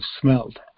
smelled